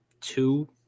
two